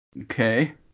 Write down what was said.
Okay